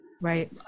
right